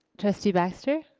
trustee baxter.